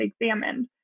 examined